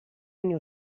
anni